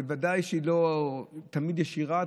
ובוודאי שהיא לא תמיד ישירה,